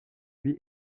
lui